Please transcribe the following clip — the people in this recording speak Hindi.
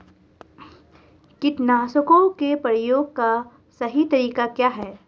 कीटनाशकों के प्रयोग का सही तरीका क्या है?